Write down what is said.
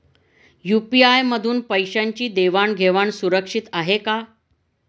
UPI मधून पैशांची देवाण घेवाण सुरक्षित आहे का?